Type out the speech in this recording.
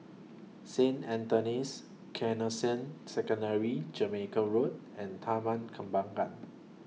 Saint Anthony's Canossian Secondary Jamaica Road and Taman Kembangan